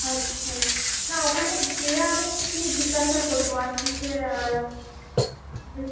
আচ্ছা না ওখানে গিয়ে আমি কি জিজ্ঞাসা করবো আর কি যে